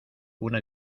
una